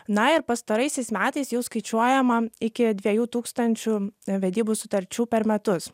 na ir pastaraisiais metais jau skaičiuojama iki dviejų tūkstančių vedybų sutarčių per metus